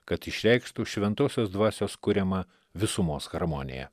kad išreikštų šventosios dvasios kuriamą visumos harmoniją